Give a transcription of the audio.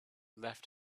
left